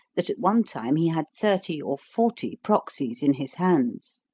that at one time he had thirty or forty proxies in his hands.